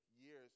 years